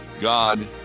God